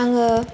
आङो